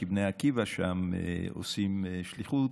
כי בני עקיבא עושים שם שליחות,